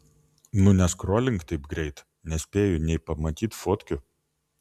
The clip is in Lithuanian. nu neskrolink taip greit nespėju nė pamatyt fotkių